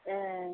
ए